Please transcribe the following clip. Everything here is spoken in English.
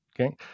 okay